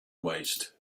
waste